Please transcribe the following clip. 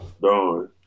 Dawn